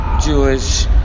Jewish